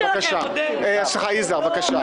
יזהר, בבקשה.